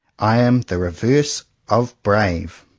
i am the re verse of brave.